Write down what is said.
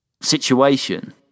situation